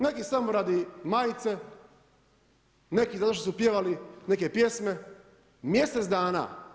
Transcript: Neki samo radi majice, neki zato što su pjevali neke pjesme, mjesec dana.